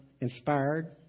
inspired